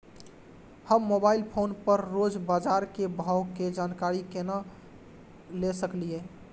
हम mobile phone पर रोज बाजार के भाव के जानकारी केना ले सकलिये?